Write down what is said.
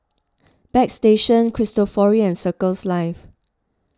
Bagstationz Cristofori and Circles Life